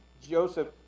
Joseph